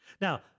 Now